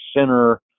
center